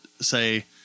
say